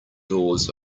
doors